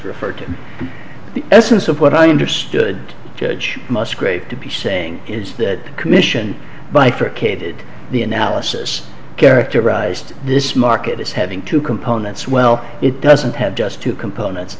referred to the essence of what i understood judge musgrave to be saying is that commission bifurcated the analysis characterized this market as having two components well it doesn't have just two components